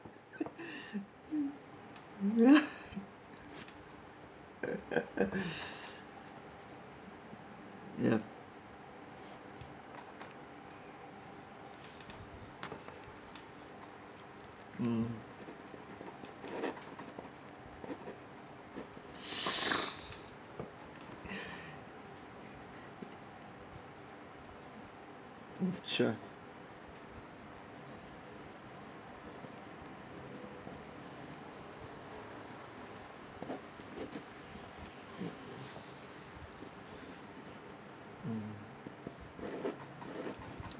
ya mm sure mm